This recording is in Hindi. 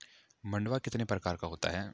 मंडुआ कितने प्रकार का होता है?